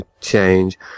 change